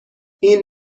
این